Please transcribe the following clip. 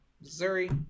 Missouri